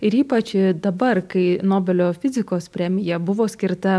ir ypač a dabar kai nobelio fizikos premija buvo skirta